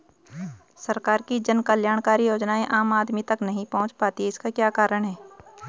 सरकार की जन कल्याणकारी योजनाएँ आम आदमी तक नहीं पहुंच पाती हैं इसका क्या कारण है?